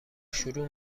شروع